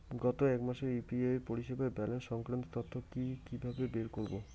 গত এক মাসের ইউ.পি.আই পরিষেবার ব্যালান্স সংক্রান্ত তথ্য কি কিভাবে বের করব?